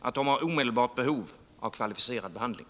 att de har omedelbart behov av kvalificerad behandling.